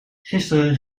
gisteren